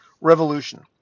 revolution